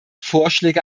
vorschläge